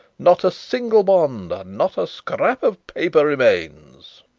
not a single bond, not a scrap of paper remains.